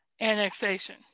Annexation